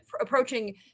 approaching